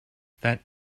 that